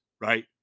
right